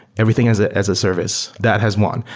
everything as ah as a service that has won,